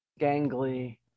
gangly